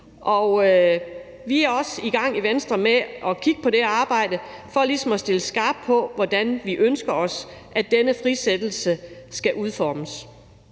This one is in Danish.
vi er også i gang i venstre med at kigge på det arbejde for ligesom at stille skarpt på, hvordan vi ønsker os at denne frisættelse skal udformes.